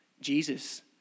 Jesus